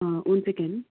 ah one second